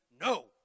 no